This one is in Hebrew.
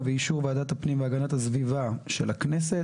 ובאישור ועדת הפנים והגנת הסביבה של הכנסת,